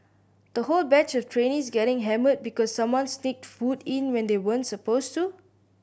the whole batch of trainees getting hammered because someone sneaked food in when they weren't supposed to